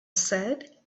said